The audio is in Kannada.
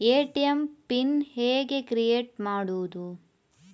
ಎ.ಟಿ.ಎಂ ಪಿನ್ ಹೇಗೆ ಕ್ರಿಯೇಟ್ ಮಾಡುವುದು?